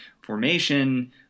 Formation